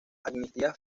amnistía